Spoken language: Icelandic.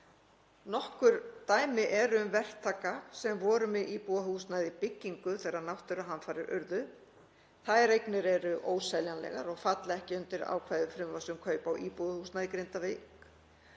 Nokkur dæmi eru um verktaka sem voru með íbúðarhúsnæði í byggingu þegar náttúruhamfarir urðu. Þær eignir eru óseljanlegar og falla ekki undir ákvæði frumvarps um kaup á íbúðarhúsnæði í Grindavík.